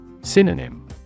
Synonym